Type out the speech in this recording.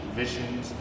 visions